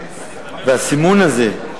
הסימון הזה,